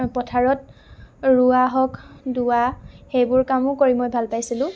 পথাৰত ৰুৱা হওক দোৱা সেইবোৰ কামো কৰি মই ভাল পাইছিলোঁ